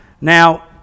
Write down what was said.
now